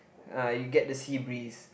uh you get the sea breeze